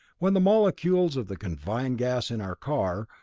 when the molecules of the confined gas in our car,